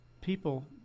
people